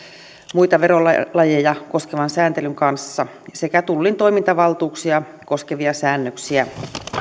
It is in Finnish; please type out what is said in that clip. muita verolajeja koskevan sääntelyn kanssa sekä tullin toimintavaltuuksia koskevia säännöksiä